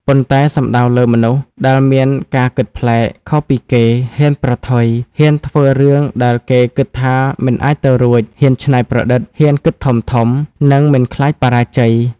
ប៉ុន្តែសំដៅលើ មនុស្សដែលមានការគិតប្លែក ខុសពីគេ ហ៊ានប្រថុយ ហ៊ានធ្វើរឿងដែលគេគិតថាមិនអាចទៅរួច ហ៊ានច្នៃប្រឌិត ហ៊ានគិតធំៗ និងមិនខ្លាចបរាជ័យ។